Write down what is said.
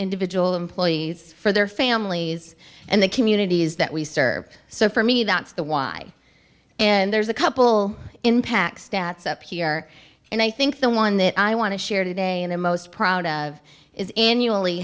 individual employees for their families and the communities that we serve so for me that's the why and there's a couple impacts stats up here and i think the one that i want to share today in the most proud of is an